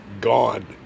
gone